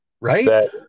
Right